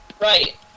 Right